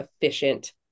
efficient